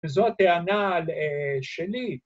‫וזו הטענה על שלי.